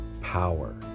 power